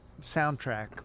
soundtrack